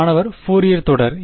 மாணவர் ஃபோரியர் தொடர்